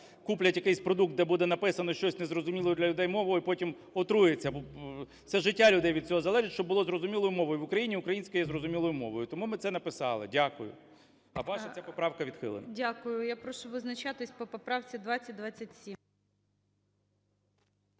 куплять якийсь продукт, де буде написано щось незрозумілою для людей мовою, потім отруяться, бо це життя людей від цього залежить, щоб було зрозумілою мовою, в Україні українська є зрозумілою мовою, тому ми це написали. Дякую. А ваша ця поправка відхилена. ГОЛОВУЮЧИЙ. Дякую. Я прошу визначатися по поправці 2027.